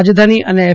રાજધાની અને એફ